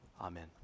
Amen